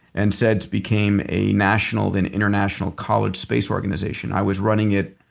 and seds became a national and international college space organization. i was running it